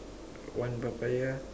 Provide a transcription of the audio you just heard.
one Papaya